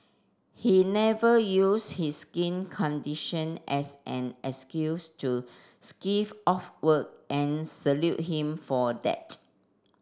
he never use his skin condition as an excuse to skive off work and salute him for that